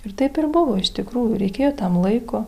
ir taip ir buvo iš tikrųjų reikėjo tam laiko